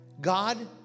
God